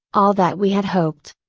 all that we had hoped.